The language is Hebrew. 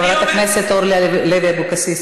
חברת הכנסת אורלי לוי אבקסיס,